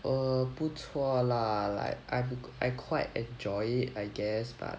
err 不错 lah like I I quite enjoy it I guess but